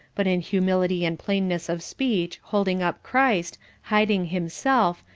but in humility and plainness of speech, holding up christ, hiding himself,